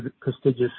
prestigious